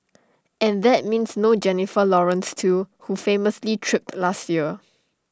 and that means no Jennifer Lawrence too who famously tripped last year